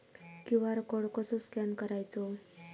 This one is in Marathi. क्यू.आर कोड कसो स्कॅन करायचो?